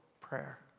prayer